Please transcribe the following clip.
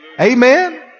Amen